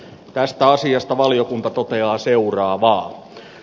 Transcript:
tästä asiasta valiokunta toteaa seuraavaa